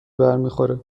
برمیخوره